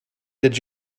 did